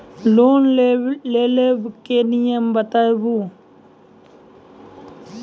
Loan लेबे के नियम बताबू?